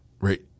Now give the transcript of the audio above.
right